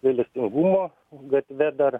gailestingumo gatve dar